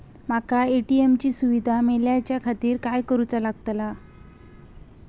माका ए.टी.एम ची सुविधा मेलाच्याखातिर काय करूचा लागतला?